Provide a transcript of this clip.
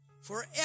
Forever